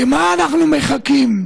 למה אנחנו מחכים,